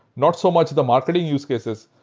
not so much the marketing use cases,